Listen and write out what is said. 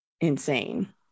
insane